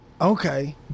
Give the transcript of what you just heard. Okay